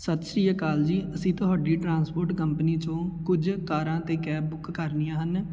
ਸਤਿ ਸ਼੍ਰੀ ਅਕਾਲ ਜੀ ਅਸੀਂ ਤੁਹਾਡੀ ਟਰਾਂਸਪੋਰਟ ਕੰਪਨੀ 'ਚੋਂ ਕੁਝ ਕਾਰਾਂ ਅਤੇ ਕੈਬ ਬੁੱਕ ਕਰਨੀਆਂ ਹਨ